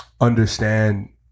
understand